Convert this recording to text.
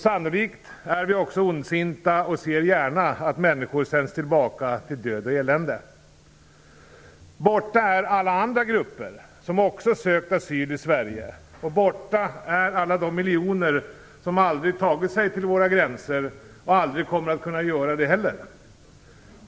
Sannolikt är vi också ondsinta och ser gärna att människor sänds tillbaka till död och elände. Borta är alla andra grupper som också har sökt asyl i Sverige. Borta är alla de miljoner som aldrig har tagit sig till våra gränser och heller aldrig kommer att kunna göra det.